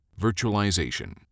Virtualization